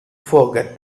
forget